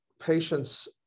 patients